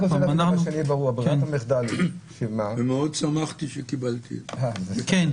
--- מאוד שמחתי שקיבלתי טלפון.